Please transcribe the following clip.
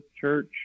church